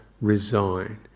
resign